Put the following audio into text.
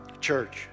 Church